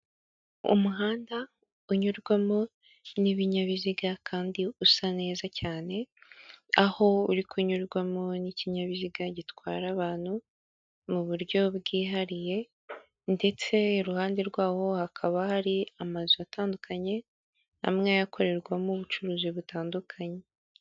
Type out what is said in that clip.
Umuhanda unyurwamo n'ibinyabiziga kandi usa neza cyane, aho uri kunyurwamo n'ikinyabiziga gitwara abantu mu buryo bwihariye, ndetse i ruhande rwawo hakaba hari amazu atandukanye amwe akorerwamo ubucuruzi butandukanye.